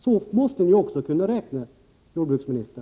Så måste ni också kunna räkna, jordbruksministern.